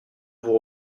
vous